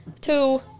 two